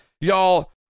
y'all